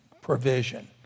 provision